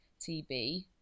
TB